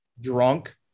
drunk